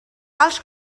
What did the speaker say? els